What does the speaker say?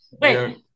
wait